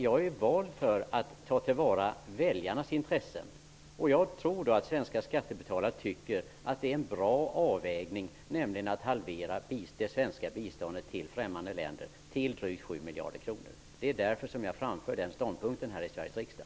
Jag är vald för att ta till vara väljarnas intressen, och jag tror att svenska skattebetalare tycker att det är en bra avvägning att det svenska biståndet till främmande länder skall halveras till drygt 7 miljarder kronor. Det är därför som jag framför den ståndpunkten här i Sveriges riksdag.